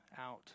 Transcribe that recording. out